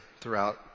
throughout